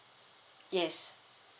yes